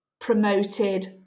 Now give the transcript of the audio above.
promoted